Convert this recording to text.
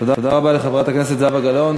תודה רבה לחברת הכנסת זהבה גלאון.